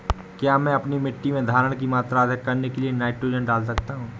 क्या मैं अपनी मिट्टी में धारण की मात्रा अधिक करने के लिए नाइट्रोजन डाल सकता हूँ?